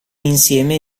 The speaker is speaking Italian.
insieme